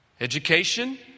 Education